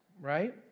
right